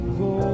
go